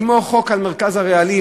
כמו חוק על מרכז הרעלים,